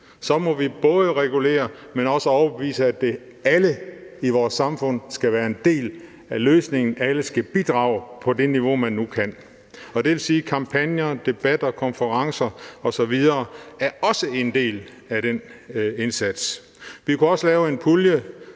må vi både regulere, men også være overbevisende om, at alle i vores samfund skal være en del af løsningen; alle skal bidrage på det niveau, man nu kan. Og det vil sige, at kampagner, debatter, konferencer osv. også er en del af den indsats. Vi kunne også lave en pulje,